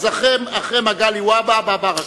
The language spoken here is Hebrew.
אז אחרי מגלי והבה בא ברכה,